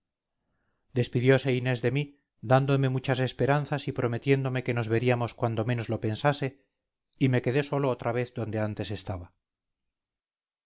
despidiose inés de mí dándome muchas esperanzas y prometiéndome que nos veríamos cuando menos lo pensase y me quedé solo otra vez donde antes estaba